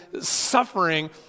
suffering